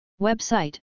Website